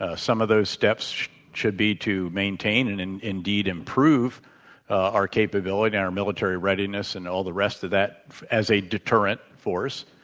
ah some of those steps should be to maintain and indeed indeed improve our capability and our military readiness and all the rest of that as a deterrent force,